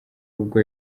ubwo